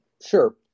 Sure